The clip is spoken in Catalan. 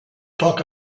poc